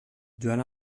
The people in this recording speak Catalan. joan